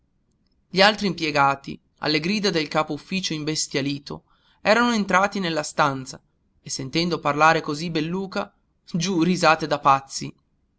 gli altri impiegati alle grida del capo-ufficio imbestialito erano entrati nella stanza e sentendo parlare così belluca giù risate da pazzi